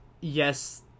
yes